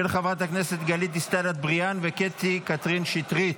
של חברות הכנסת גלית דיסטל אטבריאן וקטי קטרין שטרית.